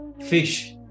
fish